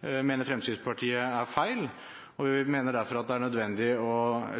mener Fremskrittspartiet er feil. Vi mener derfor at det er nødvendig å